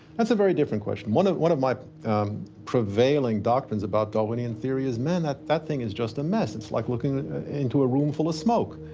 that's a very different question. one of one of my prevailing doctrines about darwinian theory is, man, that that thing is just a mess. it's like looking into a room full of smoke.